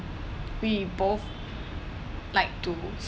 we both like to